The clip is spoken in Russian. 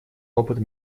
опыт